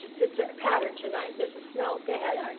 it's a pattern tonight. mrs. snell, go ahead.